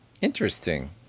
Interesting